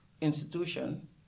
institution